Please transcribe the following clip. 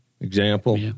Example